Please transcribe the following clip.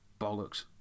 bollocks